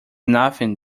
nothing